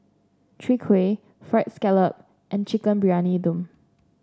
Chwee Kueh Fried Scallop and Chicken Briyani Dum